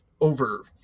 over